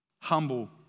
Humble